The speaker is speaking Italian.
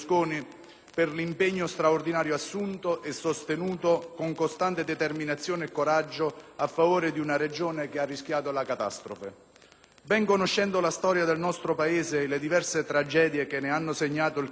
per l'impegno straordinario assunto e sostenuto con costante determinazione e coraggio a favore di una Regione che ha rischiato la catastrofe. Ben conoscendo la storia del nostro Paese e le diverse tragedie che ne hanno segnato il cammino,